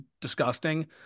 disgusting